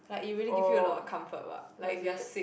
like it really give you a lot of comfort what like if you're sick